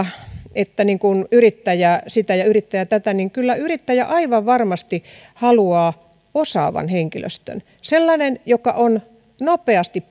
että yrittäjä sitä ja yrittäjä tätä niin kyllä yrittäjä aivan varmasti haluaa osaavan henkilöstön sellaisen joka on nopeasti